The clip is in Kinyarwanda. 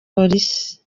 polisi